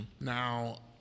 Now